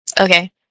Okay